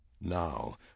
Now